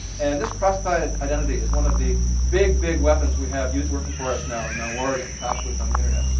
and this cross-client identity is one of the big, big weapons we have working for us now in our war against passwords on the internet.